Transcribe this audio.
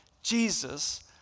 Jesus